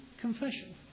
confession